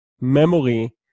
memory